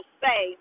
say